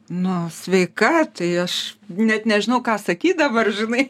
nu sveika tai aš net nežinau ką sakyt dabar žinai